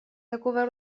такого